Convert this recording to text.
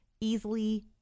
easily